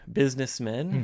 businessmen